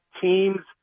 teams